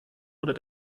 oder